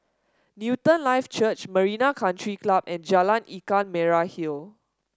Newton Life Church Marina Country Club and Jalan Ikan Merah Hill